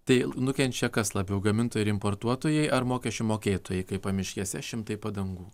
tai nukenčia kas labiau gamintojai ar importuotojai ar mokesčių mokėtojai kai pamiškėse šimtai padangų